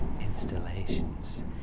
installations